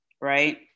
right